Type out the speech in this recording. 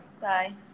bye